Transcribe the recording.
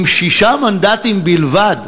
עם שישה מנדטים בלבד.